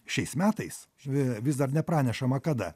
šiais metais vi vis dar nepranešama kada